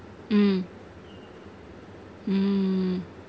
mm mm